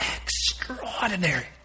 extraordinary